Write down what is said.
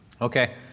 Okay